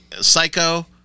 psycho